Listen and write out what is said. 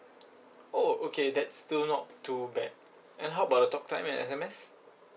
oh okay that's still not too bad and how about the talk time and S_M_S